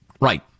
Right